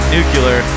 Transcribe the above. Nuclear